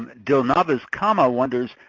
um delnovez comma wonders,